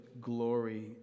glory